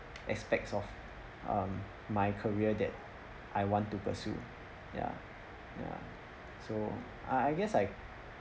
aspect of um my career that I want to pursue ya ya so uh I guess I